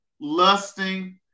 lusting